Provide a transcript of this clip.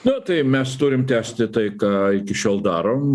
nu tai mes turim tęsti tai ką iki šiol darom